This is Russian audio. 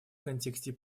контексте